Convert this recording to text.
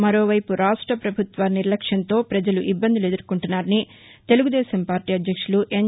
మరోవైపు రాష్ట ప్రభుత్వ నిర్లక్ష్యంతో పజలు ఇబ్బందులు ఎదుర్కొంటున్నారని తెలుగుదేశం పార్లీ అధ్యక్షులు ఎన్